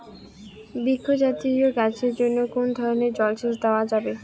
বৃক্ষ জাতীয় গাছের জন্য কোন ধরণের জল সেচ দেওয়া যাবে?